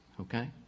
Okay